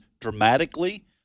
dramatically